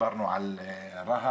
דיברנו על רהט